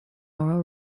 oral